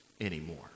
Anymore